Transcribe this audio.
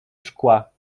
szkła